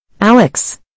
Alex